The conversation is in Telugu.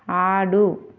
ఆడు